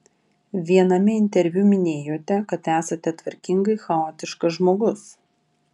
viename interviu minėjote kad esate tvarkingai chaotiškas žmogus